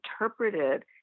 interpreted